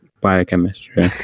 biochemistry